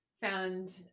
found